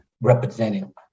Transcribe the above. representing